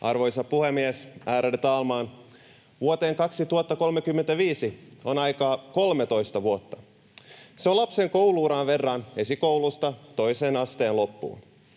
Arvoisa puhemies, ärade talman! Vuoteen 2035 on aikaa 13 vuotta. Se on lapsen koulu-uran verran esikoulusta toisen asteen loppuun.